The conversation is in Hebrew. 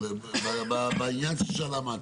אבל בעניין הזה ששאלה מטי?